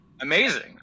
amazing